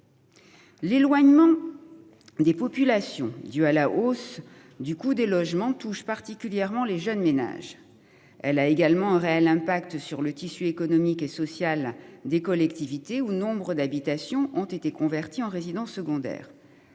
L'éloignement. Des populations du à la hausse du coût des logements touche particulièrement les jeunes ménages. Elle a également un réel impact sur le tissu économique et social des collectivités où nombre d'habitations ont été convertis en résidences secondaires.